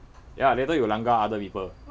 ya later you langgar other people